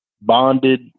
bonded